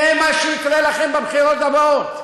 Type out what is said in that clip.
זה מה שיקרה לכם בבחירות הבאות,